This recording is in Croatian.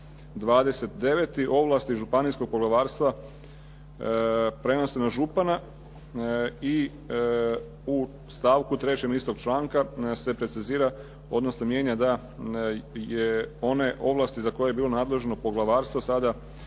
29. ovlasti županijskog poglavarstva prenose na župana i u stavku 3. istog članka se precizira odnosno mijenja da je one ovlasti za koje je bilo nadležno poglavarstvo sada